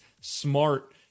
smart